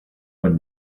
one